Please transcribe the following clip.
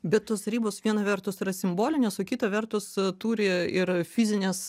bet tos ribos viena vertus yra simbolinės o kita vertus turi ir fizines